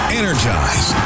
energize